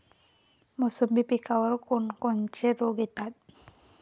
मोसंबी पिकावर कोन कोनचे रोग येतात?